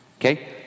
okay